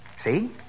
See